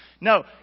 No